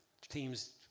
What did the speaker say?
teams